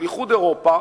של איחוד אירופה,